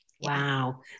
Wow